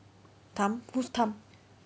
tham who's tham